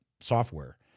software